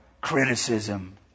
criticism